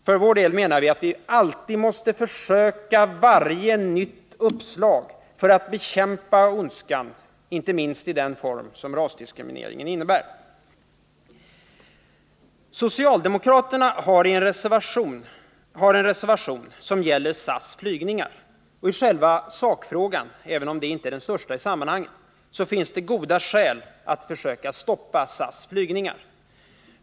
Vi anser för vår del att vi alltid måste försöka varje nytt uppslag för att bekämpa ondskan, inte minst i den form som rasdiskrimineringen innebär. Socialdemokraterna har en reservation som gäller SAS flygningar. I själva sakfrågan finns det — även om de inte är de största i sammanhanget — goda skäl att försöka stoppa SAS flygningar.